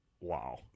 Wow